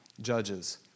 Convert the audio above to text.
judges